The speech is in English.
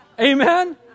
Amen